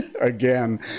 Again